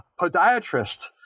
podiatrist